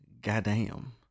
Goddamn